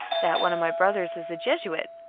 that one of my brothers is a jesuit.